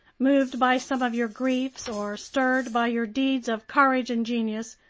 moved by some of your griefs or stirred by your deeds of courage and genius,